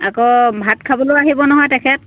আকৌ ভাত খাবলৈও আহিব নহয় তেখেত